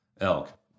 elk